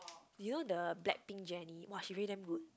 you know the Black-Pink Jennie !wah! she really damn good